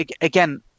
Again